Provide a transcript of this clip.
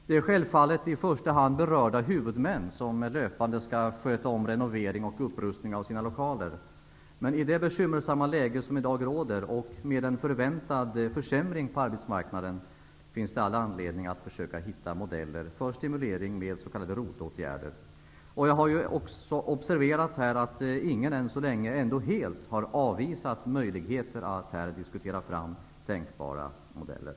Det är självfallet i första hand berörda huvudmän som löpande skall sköta om renovering och upprustning av sina lokaler. Men i det bekymmersamma läge som i dag råder och med en förväntad försämring på arbetsmarknaden, finns det all anledning att försöka hitta modeller för stimulering med s.k. ROT-åtgärder. Jag har observerat här att ingen än så länge helt har avvisat möjligheten att diskutera fram tänkbara modeller.